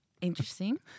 Interesting